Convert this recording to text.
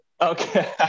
okay